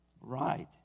right